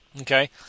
okay